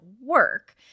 work